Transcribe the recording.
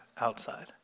outside